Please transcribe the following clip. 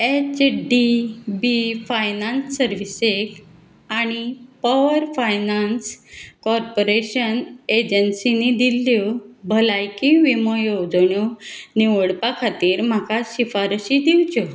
H D B finance सर्विसेक आनी power finance corporation एजन्सींनी दिल्ल्यो भलायकी विमो येवजण्यो निवडपा खातीर म्हाका शिफारशी दिवच्यो